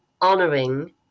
honoring